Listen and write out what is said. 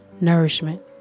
nourishment